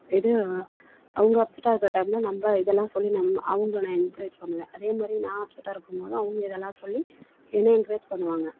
இது அவங்க அப்செட்டாக இருக்கிற டைமில் நம்ம இதெல்லாம் சொல்லி நம் அவங்களை நான் என்கரேஜ் பண்ணுவேன் அதே மாதிரி நான் அப்செட்டாக இருக்கும்போது அவங்க இதெல்லாம் சொல்லி என்னை என்கரேஜ் பண்ணுவாங்க